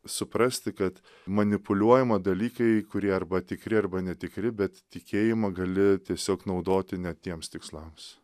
suprasti kad manipuliuojama dalykai kurie arba tikri arba netikri bet tikėjimą gali tiesiog naudoti ne tiems tikslams